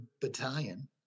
Battalion